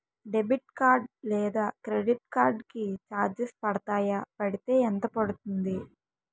Debit card లేదా credit card కి charges పడతాయా? పడితే ఎంత పడుతుంది?